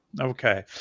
Okay